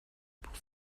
pour